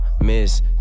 miss